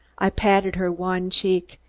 i patted her wan cheek.